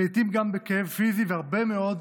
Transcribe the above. ולעיתים גם בכאב פיזי ובהרבה מאוד